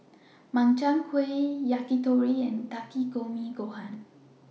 Makchang Gui Yakitori and Takikomi Gohan